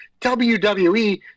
WWE